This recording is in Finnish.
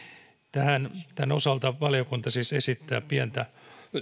tämän osalta valiokunta siis esittää pientä